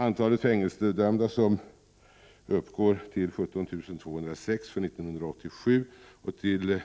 Antalet fängelsedömda som uppgår till 17 206 för 1987 och till